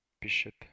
Bishop